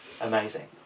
Amazing